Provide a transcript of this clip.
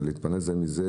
להתפרנס זה מזה,